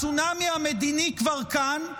הצונאמי המדיני כבר כאן,